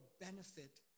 benefit